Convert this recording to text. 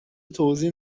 توضیح